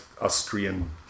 Austrian